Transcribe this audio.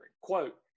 Quote